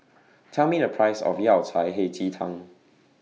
Tell Me The Price of Yao Cai Hei Ji Tang